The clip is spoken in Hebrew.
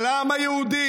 על העם היהודי,